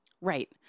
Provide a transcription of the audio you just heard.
Right